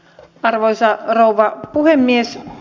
arvoisa rouva puhemies